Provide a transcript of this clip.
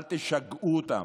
אל תשגעו אותם.